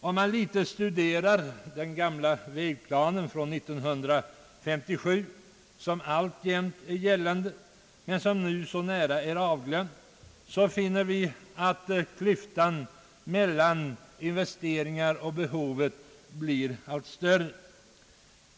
Om man studerar den gamla vägplanen från år 1957, som alltjämt gäller men som nu så när är bortglömd, finner vi att klyftan mellan investeringar och behov blir allt större.